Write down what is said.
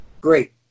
great